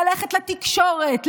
ללכת לתקשורת,